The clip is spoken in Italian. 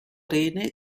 rene